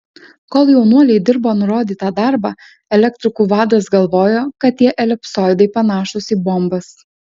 kol jaunuoliai dirbo nurodytą darbą elektrikų vadas galvojo kad tie elipsoidai panašūs į bombas